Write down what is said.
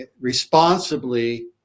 responsibly